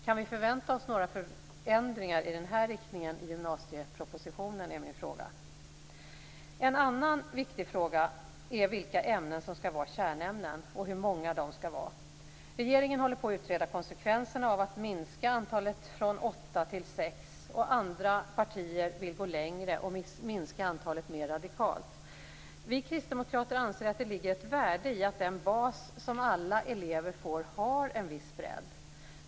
Kan vi förvänta oss några förändringar i den här riktningen i gymnasiepropositionen? En annan viktig fråga är vilka ämnen som skall vara kärnämnen och hur många de skall vara. Regeringen håller på att utreda konsekvenserna av att minska antalet från åtta till sex. Andra partier vill gå längre och minska antalet mer radikalt. Vi kristdemokrater anser att det ligger ett värde i att den bas som alla elever får har en viss bredd.